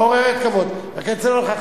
אני רק רוצה להגיד לך,